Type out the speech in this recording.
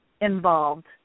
involved